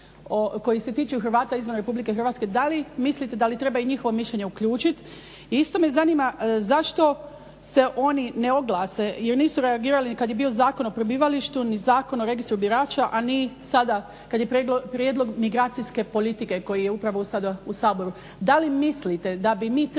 koji se tiču Hrvata izvan Republike Hrvatske da li mislite da li treba i njihovo mišljenje uključiti. Isto me zanima zašto se oni ne oglase jer nisu reagirali ni kad je bio Zakon o prebivalištu ni Zakon o registru birača a ni sada kada je prijedlog migracijske politike koji je upravo sada u Saboru. Da li mislite da bi mi trebali